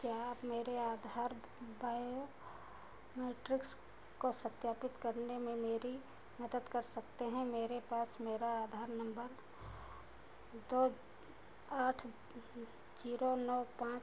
क्या आप मेरे आधार बायो मैट्रिक्स को सत्यापित करने में मेरी मदद कर सकते हैं मेरे पास मेरा आधार नंबर दो आठ जीरो नौ पाँच